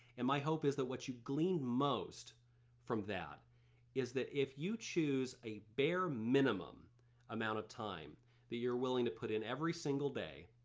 and my hope is what you glean most from that is that if you choose a bare minimum amount of time that you're willing to put in every single day,